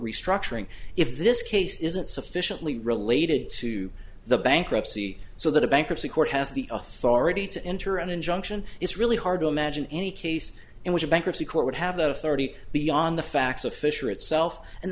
restructuring if this case isn't sufficiently related to the bankruptcy so that a bankruptcy court has the authority to enter an injunction it's really hard to imagine any case in which a bankruptcy court would have that authority beyond the facts of fisher itself and